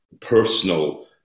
personal